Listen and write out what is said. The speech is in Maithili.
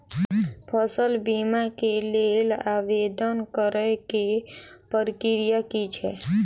फसल बीमा केँ लेल आवेदन करै केँ प्रक्रिया की छै?